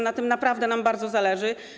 Na tym naprawdę nam bardzo zależy.